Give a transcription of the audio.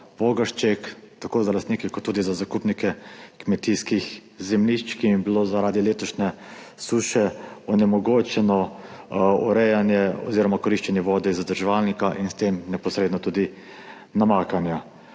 Vogršček tako za lastnike kot tudi za zakupnike kmetijskih zemljišč, ki jim je bilo zaradi letošnje suše onemogočeno koriščenje vode iz zadrževalnika in s tem neposredno tudi namakanja.